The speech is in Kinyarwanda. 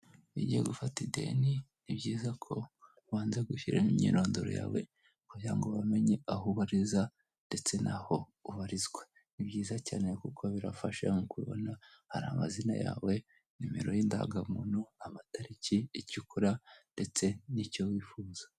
Iyo ugiye gufata ideni, ni byiza ko ubanza gushyiramo imyirondoro yawe, kugira ngo bamenye aho ubariza ndetse n'aho ubarizwa. Ni byiza cyane kuko birafasha nk'uko ubibona, hari amazina yawe, nimero y'indangamuntu, amatariki, icyo ukora ndetse n'icyo wifuza.